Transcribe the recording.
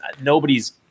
Nobody's